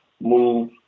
move